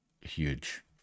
huge